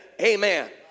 amen